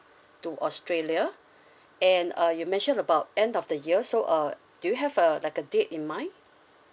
to australia and uh you mentioned about end of the year so uh do you have uh like a date in mind